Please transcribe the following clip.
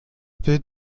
bild